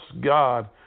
God